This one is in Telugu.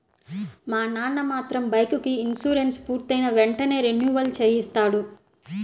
మా నాన్న మాత్రం బైకుకి ఇన్సూరెన్సు పూర్తయిన వెంటనే రెన్యువల్ చేయిస్తాడు